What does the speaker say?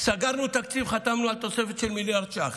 כבר ב-2023 סגרנו תקציב וחתמנו על תוספת של מיליארד ש"ח.